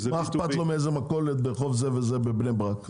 מה אכפת לו ממכולת מסוימת בבני ברק?